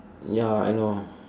ya I know